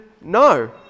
no